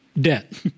Debt